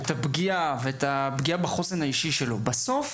את הפגיעה ואת הפגיעה בחוסן האישי שלו, בסוף